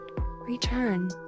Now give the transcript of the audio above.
return